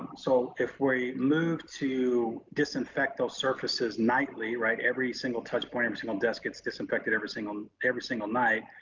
so if we moved to disinfect those surfaces nightly, right, every single touch point, every um single desk gets disinfected every single every single night,